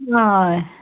हय